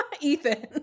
ethan